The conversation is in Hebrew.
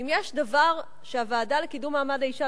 ואם יש דבר שהוועדה לקידום מעמד האשה